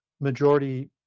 majority